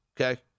Okay